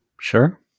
Sure